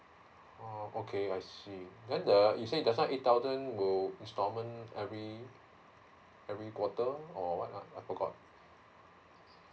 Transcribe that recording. oh okay I see then the you say that eight thousand will instalment every every quarter or what lah I forgot